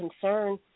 concern